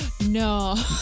No